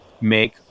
make